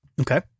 Okay